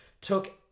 took